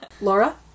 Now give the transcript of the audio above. Laura